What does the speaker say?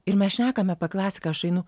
ir mes šnekam apie klasiką aš einu